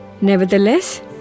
nevertheless